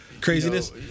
craziness